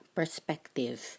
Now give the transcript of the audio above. perspective